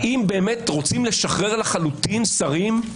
האם באמת רוצים לשחרר לחלוטין שרים?